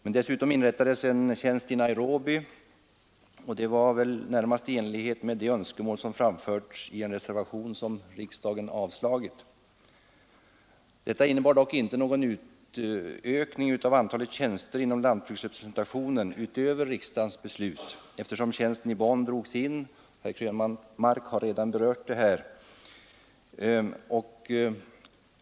Men dessutom inrättades en tjänst i Nairobi, närmast i enlighet med det önskemål som framförts i en reservation som riksdagen avslagit. Detta innebar emellertid inte någon utökning av antalet tjänster inom lantbruksrepresentationen utöver riksdagens beslut, eftersom tjänsten i Bonn drogs in. Herr Krönmark har redan varit inne på den saken.